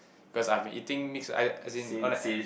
cause I've been eating mix as as in on a a~